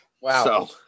wow